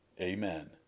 Amen